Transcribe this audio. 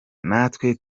natwe